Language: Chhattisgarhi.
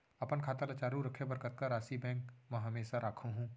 अपन खाता ल चालू रखे बर कतका राशि बैंक म हमेशा राखहूँ?